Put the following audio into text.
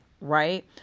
right